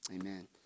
Amen